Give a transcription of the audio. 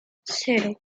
cero